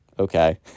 okay